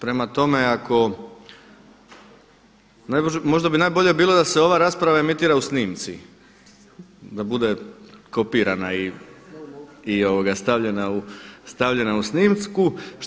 Prema tome, ako, možda bi najbolje bilo da se ova rasprava emitira u snimci, da bude kopirana i stavljana u snimku.